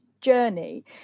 journey